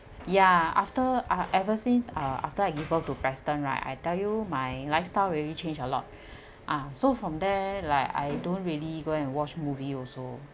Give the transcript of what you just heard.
ya after ah ever since ah after I give birth to preston right I tell you my lifestyle really changed a lot ah so from there like I don't really go and watch movie also